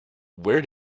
where